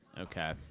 Okay